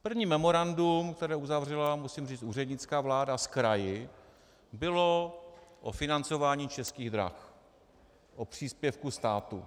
První memorandum, které uzavřela, musím říct, úřednická vláda s kraji, bylo o financování Českých drah, o příspěvku státu.